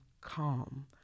calm